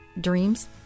dreams